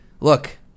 look